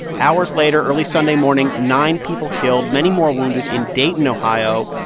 hours later, early sunday morning, nine people killed, many more wounded in dayton, ohio.